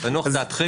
ובנוח דעתכם